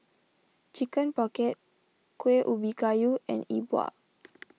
Chicken Pocket Kueh Ubi Kayu and E Bua